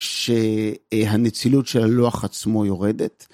שהנצילות של הלוח עצמו יורדת.